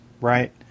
right